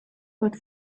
but